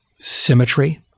symmetry